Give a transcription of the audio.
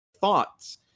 thoughts